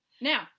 now